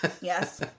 Yes